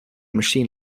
machine